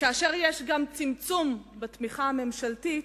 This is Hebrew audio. ויש גם צמצום בתמיכה הממשלתית,